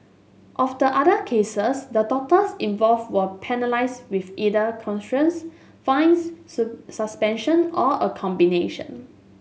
of the other cases the doctors involved were penalised with either fines suspension or a combination